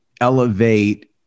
elevate –